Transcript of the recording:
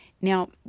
Now